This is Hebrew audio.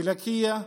בלקיה,